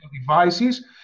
devices